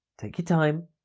take your time,